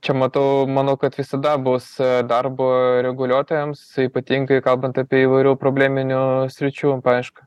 čia matau manau kad visada bus darbo reguliuotojams ypatingai kalbant apie įvairių probleminių sričių paiešką